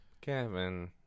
Kevin